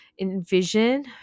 envision